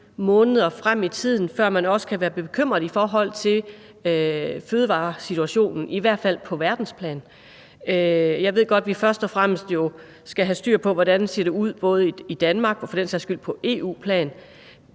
måneder frem i tiden, før man også kan være bekymret i forhold til fødevaresituationen, i hvert fald på verdensplan. Jeg ved godt, at vi jo først og fremmest skal have styr på, hvordan det ser ud både i Danmark og på EU-plan,